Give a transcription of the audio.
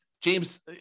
James